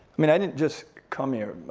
mean, i didn't just come here.